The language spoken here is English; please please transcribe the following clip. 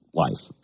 life